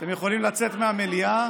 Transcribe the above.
אתם יכולים לצאת מהמליאה